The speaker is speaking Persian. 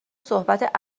صحبت